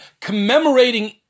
commemorating